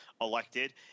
elected